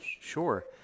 Sure